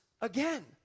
again